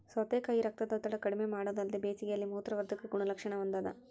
ಸೌತೆಕಾಯಿ ರಕ್ತದೊತ್ತಡ ಕಡಿಮೆಮಾಡೊದಲ್ದೆ ಬೇಸಿಗೆಯಲ್ಲಿ ಮೂತ್ರವರ್ಧಕ ಗುಣಲಕ್ಷಣ ಹೊಂದಾದ